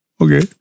Okay